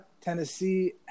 Tennessee